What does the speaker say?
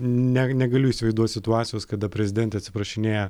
ne negaliu įsivaizduot situacijos kada prezidentė atsiprašinėja